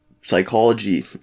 psychology